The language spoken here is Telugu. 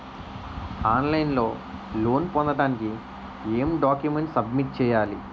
ఆన్ లైన్ లో లోన్ పొందటానికి ఎం డాక్యుమెంట్స్ సబ్మిట్ చేయాలి?